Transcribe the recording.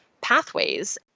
pathways